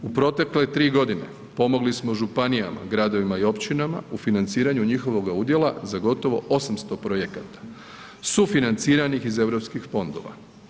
U protekle 3 g. pomogli smo županijama, gradovima i općinama u financiraju njihovog udjela za gotovo 800 projekata sufinanciranih iz europskih fondova.